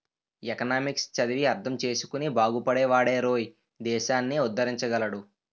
economics చదివి అర్థం చేసుకుని బాగుపడే వాడేరోయ్ దేశాన్ని ఉద్దరించగలడు